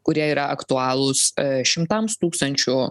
kurie yra aktualūs šimtams tūkstančių